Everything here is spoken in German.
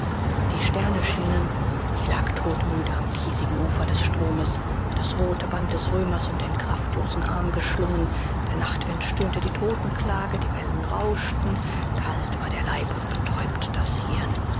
die sterne schienen ich lag todmüde am kiesigen ufer des stromes das rote band des römers um den kraftlosen arm geschlungen der nachtwind stöhnte die totenklage die wellen rauschten kalt war der leib und betäubt das hirn